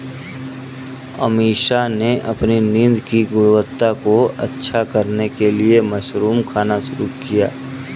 अमीषा ने अपनी नींद की गुणवत्ता को अच्छा करने के लिए मशरूम खाना शुरू किया